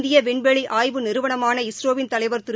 இந்திய விண்வெளி ஆய்வு நிறுவனமான இஸ்ரோவின் தலைவர் திரு